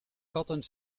katten